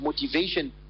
motivation